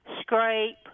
scrape